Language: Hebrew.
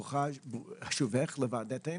ברוך שובך לוועדה.